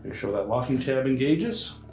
sure that locking tab engages,